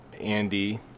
Andy